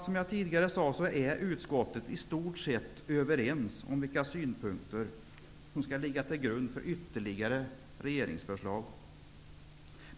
Såsom jag tidigare sade är utskottet i stort sett överens om vilka synpunkter som bör ligga till grund för ytterligare regeringsförslag.